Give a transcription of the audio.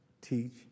teach